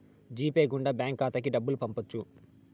G Pay గుండా bank ఖాతాకి డబ్బులు పంపొచ్చు